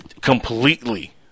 Completely